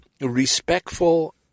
respectful